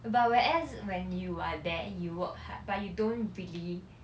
but whereas when you are there you work hard but you don't really